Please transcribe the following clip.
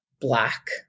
black